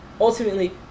ultimately